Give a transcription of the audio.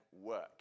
work